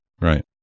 right